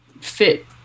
fit